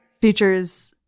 features